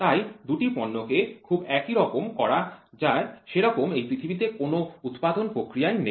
তাই দুটি পণ্যকে খুব একই রকম করা যায় সেরকম এই পৃথিবীতে কোনও উৎপাদন প্রক্রিয়াই নেই